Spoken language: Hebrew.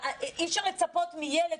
אי אפשר לצפות מילד,